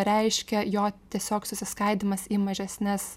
reiškia jo tiesiog susiskaidymas į mažesnes